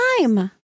time